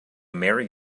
merry